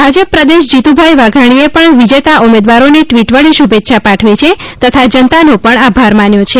ભાજપ પ્રદેશ જીત્રભાઇ વાઘાણીએ પણ વિજેતા ઉમેદવારોને ટ્વીટ વડે શુભેચ્છા પાઠવી છે તથા જનતાનો પણ આભાર માન્યો છે